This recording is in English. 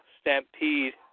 stampede